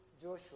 Joshua